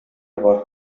бар